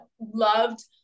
loved